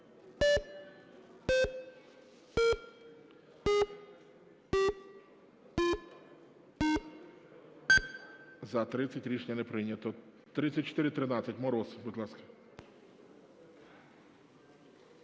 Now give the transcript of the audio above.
За-30 Рішення не прийнято. 3413, Мороз, будь ласка.